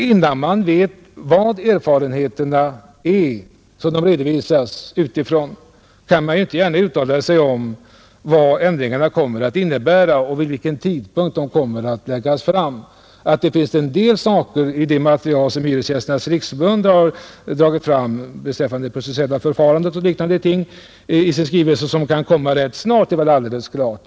Innan man vet vilka erfarenheter som finns att redovisa utifrån kan man ju inte gärna uttala sig om vad ändringarna kommer att innebära och vid vilken tidpunkt de kommer att presenteras. Det är väl alldeles klart att det finns en del saker i det material som Hyresgästernas riksförbund har dragit fram beträffande det processuella förfarandet och liknande ting i sin skrivelse, som kan komma rätt snart.